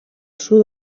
sud